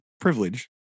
privilege